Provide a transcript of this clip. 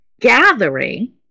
gathering